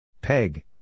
Peg